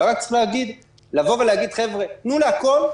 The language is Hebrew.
אבל לבוא ולהגיד תנו הכול,